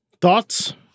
Thoughts